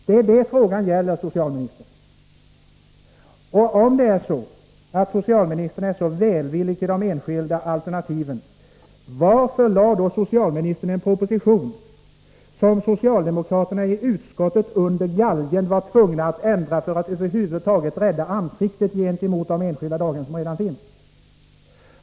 Det är detta frågan gäller, socialministern. Om det är så att socialministern är så välvillig till de enskilda alternativen, varför lade då socialministern fram en proposition som socialdemokraterna i utskottet var tvungna att ändra under galgen för att över huvud taget rädda ansiktet gentemot de daghem som redan finns?